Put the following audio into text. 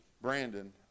Brandon